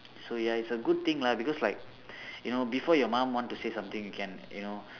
so ya it's a good thing lah because like you know before your mum want to say something you can you know